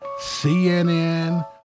CNN